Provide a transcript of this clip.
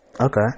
Okay